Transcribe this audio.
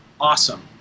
awesome